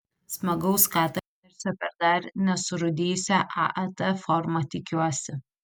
smagaus katarsio per dar nesurūdijusią aat formą tikiuosi